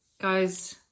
Guys